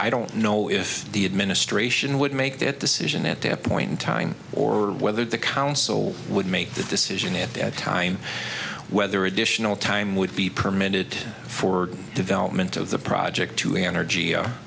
i don't know if the administration would make that decision at that point in time or whether the council would make the decision at that time whether additional time would be permitted for development of the project to energy or